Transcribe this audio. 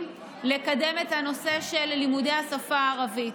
לקדם את הנושא של לימודי השפה הערבית,